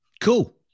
Cool